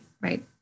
right